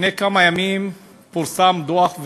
לפני כמה ימים פורסם דוח,